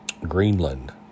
Greenland